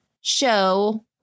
show